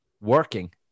working